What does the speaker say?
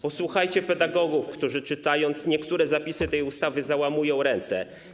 Posłuchajcie pedagogów, którzy czytając niektóre zapisy tej ustawy, załamują ręce.